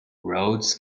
roads